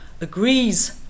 agrees